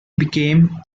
became